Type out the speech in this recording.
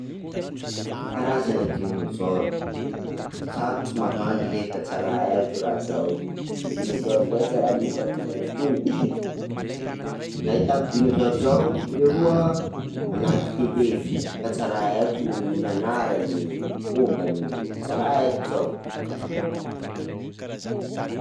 Karazana dinosaur, sarotry mavandy ley fa tsy raha haiko raha zao, dinosaure zao tsy raha misy aminay atoy nahitako dinosaure zao leroa anaty tele fa tsy raha haiko, anarany, fombany, tsy raha haiko zao.